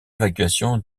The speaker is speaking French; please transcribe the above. évacuation